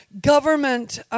government